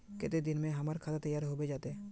केते दिन में हमर खाता तैयार होबे जते?